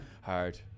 hard